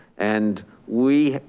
and we